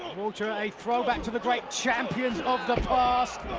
walter, a throwback to the great champions of the past.